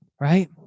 Right